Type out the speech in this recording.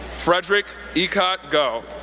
fredrick eacott gough,